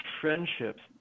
friendships